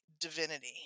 divinity